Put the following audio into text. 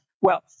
wealth